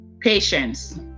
patience